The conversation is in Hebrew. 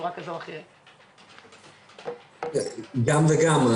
גם וגם.